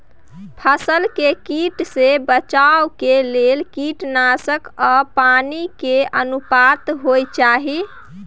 फसल के कीट से बचाव के लेल कीटनासक आ पानी के की अनुपात होय चाही?